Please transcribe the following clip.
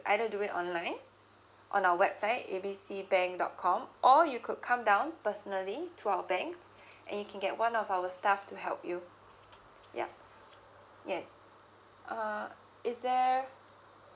either do it online on our website A B C bank dot com or you could come down personally to our bank and you can get one of our staff to help you yup yes uh is there